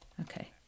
Okay